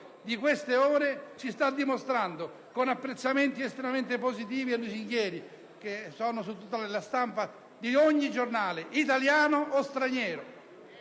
di queste ore ci sta dimostrando, con apprezzamenti estremamente positivi e lusinghieri che sono sulla stampa, su ogni giornale, italiano o straniero.